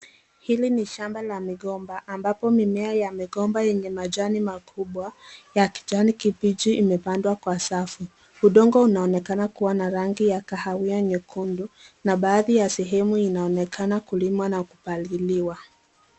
Hili ni shamba ya migomba ambapo mimea ya migomba yenye majani makubwa, ya kijani kibichi imepandwa kwa safu. Udongo unaonekana kuwa na rangi ya kahawia nyekundu, na baadhi ya sehemu inaonekana kulimwa na kupaliliwa.